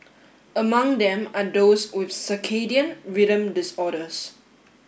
among them are those with circadian rhythm disorders